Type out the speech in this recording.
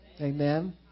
Amen